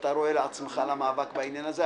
שאתה רואה במאבק בעניין הזה.